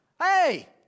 Hey